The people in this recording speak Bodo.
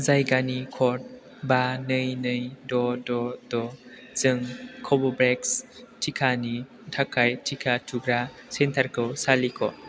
जायगानि क'ड बा नै नै द' द' द' जों कव'भेक्स थिखानि थाखाय थिखा थुग्रा सेन्टारखौ सालिख'